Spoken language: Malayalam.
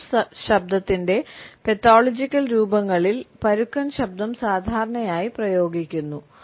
ഹോർസ് ശബ്ദത്തിന്റെ പാത്തോളജിക്കൽ രൂപങ്ങളിൽ പരുക്കൻ ശബ്ദം സാധാരണയായി പ്രയോഗിക്കുന്നു